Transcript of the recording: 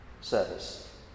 Service